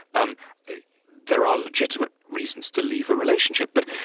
um there are legitimate reasons to leave a relationship but